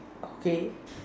okay